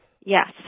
Yes